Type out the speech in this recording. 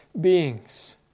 beings